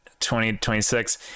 2026